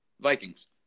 Vikings